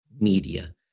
media